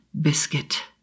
biscuit